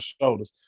shoulders